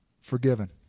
forgiven